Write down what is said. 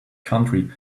country